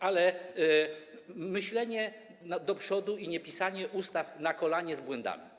Ale chodzi o myślenie do przodu i niepisanie ustaw na kolanie, z błędami.